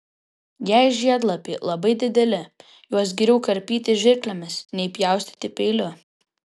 jei žiedlapiai labai dideli juos geriau karpyti žirklėmis nei pjaustyti peiliu